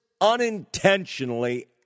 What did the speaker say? unintentionally